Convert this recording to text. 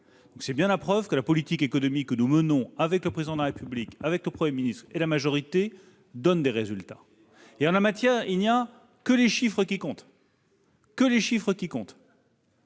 C'est bien la preuve que la politique économique que nous menons, avec le Président de la République, avec le Premier ministre, avec la majorité, donne des résultats. En la matière, seuls les chiffres comptent : au cours des trente